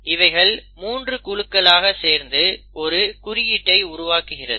இவைகள் மூன்று குழுக்களாக சேர்ந்து ஒரு குறியீட்டை உருவாகிறது